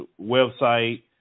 website